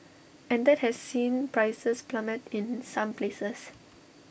and that has seen prices plummet in some places